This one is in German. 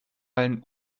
allen